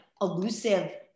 elusive